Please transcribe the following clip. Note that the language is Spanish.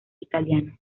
italiano